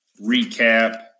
recap